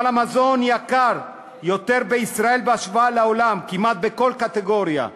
יקר בישראל בהשוואה לעולם כמעט בכל קטגוריה.